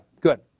good